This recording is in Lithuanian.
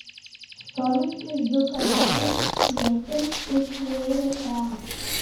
stovintys du kareiviai ietim užtvėrė kelią